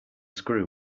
screw